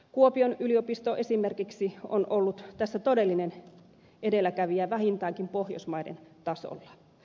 kuopion yliopisto esimerkiksi on ollut tässä todellinen edelläkävijä vähintäänkin pohjoismaiden tasolla